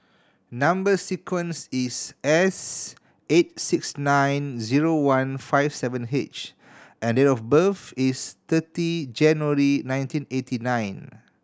number sequence is S eight six nine zero one five seven H and date of birth is thirty January nineteen eighty nine